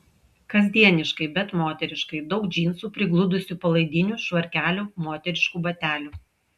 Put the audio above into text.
kasdieniškai bet moteriškai daug džinsų prigludusių palaidinių švarkelių moteriškų batelių